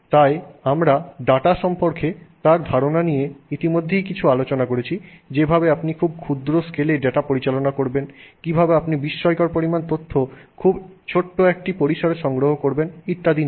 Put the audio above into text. তাই আমরা ডাটা সম্পর্কে তার ধারণা নিয়ে ইতিমধ্যেই কিছু আলোচনা করেছি যেভাবে আপনি খুব ক্ষুদ্র স্কেলে ডাটা পরিচালনা করবেন কিভাবে আপনি বিস্ময়কর পরিমাণ তথ্য খুব ছোট্ট একটি পরিসরে সংগ্রহ করবেন ইত্যাদি নিয়ে